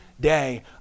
day